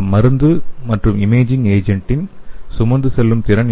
அந்த மருந்து மற்றும் இமேஜிங் ஏஜென்டின் சுமந்து செல்லும் திறன்